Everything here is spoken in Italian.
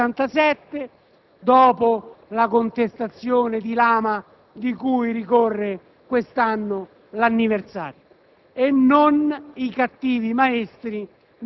da parte del Presidente della Commissione bilancio rispetto anche ai rilievi posti dal Servizio del bilancio.